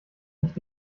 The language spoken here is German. nicht